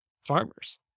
farmers